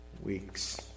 weeks